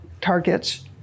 targets